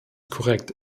korrekt